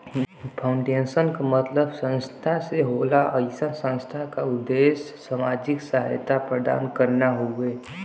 foundation क मतलब संस्था से होला अइसन संस्था क उद्देश्य सामाजिक सहायता प्रदान करना हउवे